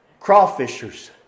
Crawfishers